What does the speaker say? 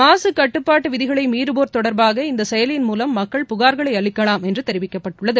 மாசுகட்டுப்பாட்டு விதிகளை மீறுவோர் தொடர்பாக இந்த செயலியின் மூலம் மக்கள் புகாக்களை அளிக்கலாம் என்று தெரிவிக்கப்பட்டுள்ளது